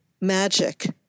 magic